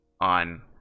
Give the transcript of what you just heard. on